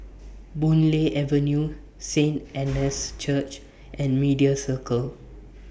Boon Lay Avenue Saint Anne's Church and Media Circle